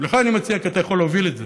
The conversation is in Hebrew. לך אני מציע, כי אתה יכול להוביל את זה,